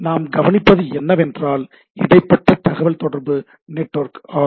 நாம் கவணிப்பது என்னவென்றால் இடைப்பட்ட தகவல் தொடர்பு நெட்வொர்க் ஆகும்